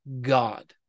God